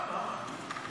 לא, למה?